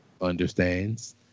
understands